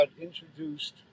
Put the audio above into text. introduced